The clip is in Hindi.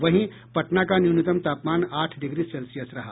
वहीं पटना का न्यूनतम तापमान आठ डिग्री सेल्सियस रहा